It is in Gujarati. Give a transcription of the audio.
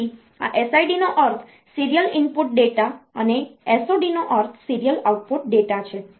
તેથી આ SID નો અર્થ સીરીયલ ઇનપુટ ડેટા છે અને SOD નો અર્થ સીરીયલ આઉટપુટ ડેટા છે